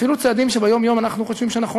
אפילו צעדים שביום-יום אנחנו חושבים שנכון